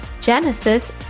Genesis